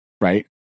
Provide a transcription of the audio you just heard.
right